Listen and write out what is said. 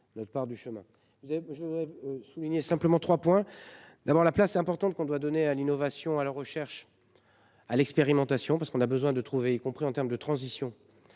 Notre part du chemin. Vous avez je voudrais souligner simplement 3 points. D'abord la place importante qu'on doit donner à l'innovation, à la recherche. À l'expérimentation parce qu'on a besoin de trouver, y compris en termes de transition.